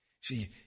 See